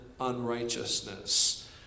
unrighteousness